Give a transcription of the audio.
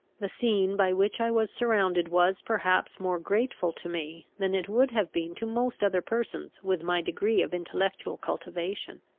the scene by which i was surrounded was perhaps more grateful to me, than it would have been to most other persons with my degree of intellectual cultivation.